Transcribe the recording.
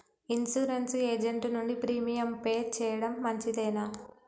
Insurance agent నుండి premium pay చేయడం మంచిదేనా?